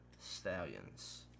Stallions